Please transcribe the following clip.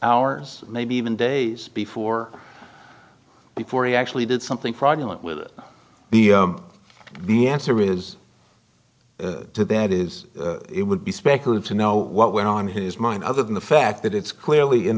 hours maybe even days before before he actually did something fraudulent with the answer is to that is it would be speculative to know what went on his mind other than the fact that it's clearly in